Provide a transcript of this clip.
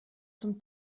zum